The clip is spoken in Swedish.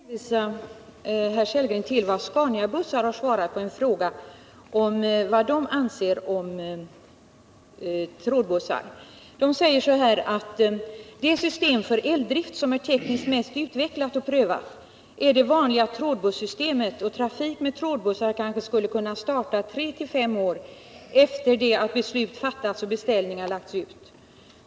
Herr talman! Jag vill bara hänvisa herr Sellgren till vad Scaniabussar har svarat på frågan om vad de anser om trådbussar, De säger: ”Det system för eldrift som är tekniskt mest utvecklat och prövat är det vanliga trådbussystemet, och trafik med trådbuss kanske skulle kunna starta 3-5 år efter det att beslut fattats och beställningar lagts ut.